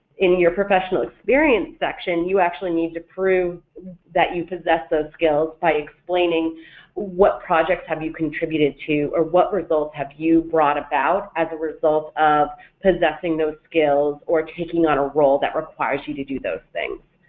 in your professional experience section you actually need to prove that you possess those skills by explaining what projects have you contributed to, or what results have you brought about as a result of possessing those skills or taking on a role that requires you to do those things.